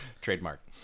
Trademark